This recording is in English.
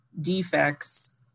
defects